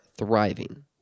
thriving